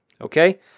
okay